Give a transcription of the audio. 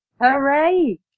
hooray